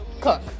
cook